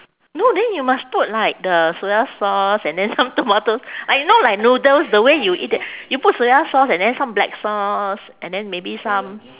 no then you must put like the soya sauce and then some tomatoes like know like noodles the way you eat it you put soya sauce and then some black sauce and then maybe some